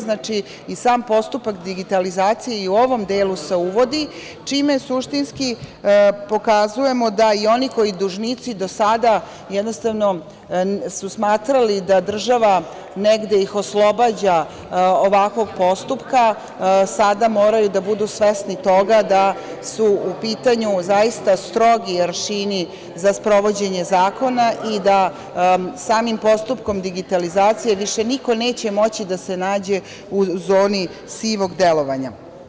Znači, i sam postupak digitalizacije se uvodi i u ovom delu, čime suštinski pokazujemo da i oni dužnici do sada jednostavno su smatrali da ih država negde oslobađa ovakvog postupka, sada moraju da budu svesni toga da su u pitanju zaista strogi aršini za sprovođenje zakona i da samim postupkom digitalizacije više niko neće moći da se nađe u zoni sivog delovanja.